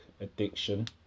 addiction